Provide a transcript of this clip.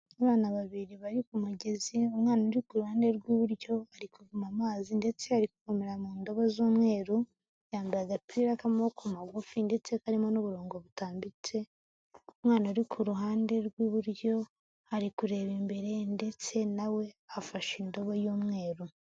Abana babiri bari ku mugezi, umwana uri ku ruhande rw'iburyo ari kuvoma amazi ndetse ari gukomera mu ndobo z'umweru, yambaye agapira k'amaboko magufi ndetse karimo n'uburongo butambitse, umwana uri ku ruhande rw'iburyo ari kureba imbere ndetse na we afashe indobo y'umweru.